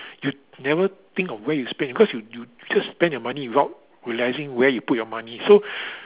you never think of where you spent because you you just spend your money without realising where you put your money so